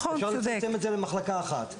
אפשר לצמצם את זה למחלקה אחת.